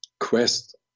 quest